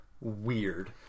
weird